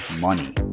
Money